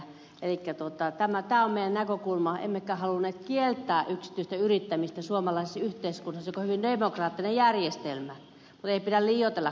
elikkä tämä on meidän näkökulmamme emmekä halunneet kieltää yksityistä yrittämistä suomalaisessa yhteiskunnassa joka on hyvin demokraattinen järjestelmä mutta ei pidä liioitella kuitenkaan näitä vastauksia